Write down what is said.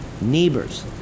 neighbors